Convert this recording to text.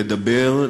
לדבר,